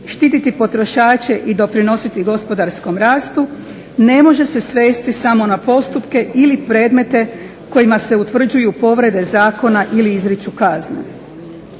štititi potrošače i doprinositi gospodarskom rastu ne može se svesti samo na postupke ili predmete kojima se utvrđuju povrede zakona ili izriču kazne.